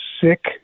sick